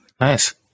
Nice